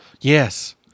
Yes